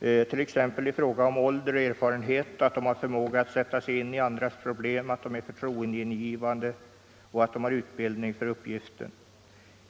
De måste t.ex. ha lämplig ålder och god erfarenhet, äga förmåga att sätta sig in i andras problem, vara förtroendeingivande och ha utbildning för uppgiften.